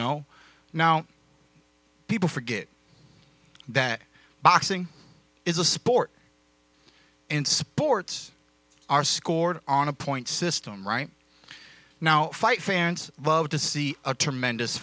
know now people forget that boxing is a sport and sports are scored on a point system right now fight fans love to see a tremendous